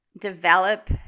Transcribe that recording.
develop